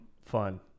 fun